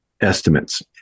estimates